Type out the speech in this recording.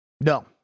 No